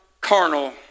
carnal